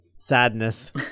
sadness